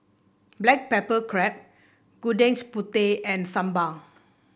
Black Pepper Crab Gudeg's Putih and sambal